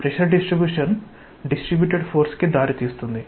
pressure distribution distributed force కి దారితీస్తుంది